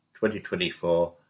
2024